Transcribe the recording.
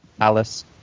Alice